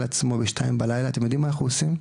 עצמו בשעה שתיים בלילה אתם יודעים מה אנחנו עושים?